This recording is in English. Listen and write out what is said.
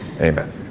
Amen